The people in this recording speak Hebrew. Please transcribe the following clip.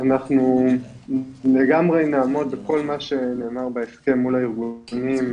אנחנו לגמרי נעמוד בכל מה שנאמר בהסכם מול הארגונים,